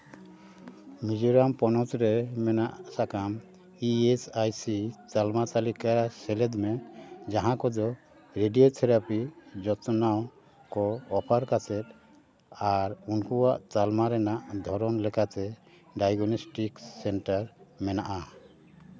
ᱢᱤᱡᱳᱨᱟᱢ ᱯᱚᱱᱚᱛ ᱨᱮ ᱢᱮᱱᱟᱜ ᱥᱟᱠᱟᱢ ᱤ ᱮᱥ ᱟᱭ ᱥᱤ ᱛᱟᱞᱢᱟ ᱛᱟᱹᱞᱤᱠᱟ ᱥᱮᱞᱮᱫ ᱢᱮ ᱡᱟᱦᱟᱸ ᱠᱚᱫᱚ ᱨᱮᱰᱤᱭᱳ ᱛᱷᱮᱨᱟᱯᱤ ᱡᱚᱛᱱᱟᱣ ᱠᱚ ᱚᱯᱷᱟᱨ ᱠᱟᱛᱮᱫ ᱟᱨ ᱩᱱᱠᱩᱣᱟᱜ ᱛᱟᱞᱢᱟ ᱨᱮᱱᱟᱜ ᱫᱷᱚᱨᱚᱱ ᱞᱮᱠᱟᱛᱮ ᱰᱟᱭᱜᱚᱱᱮᱥᱴᱤᱠ ᱥᱮᱱᱴᱟᱨ ᱢᱮᱱᱟᱜᱼᱟ